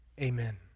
Amen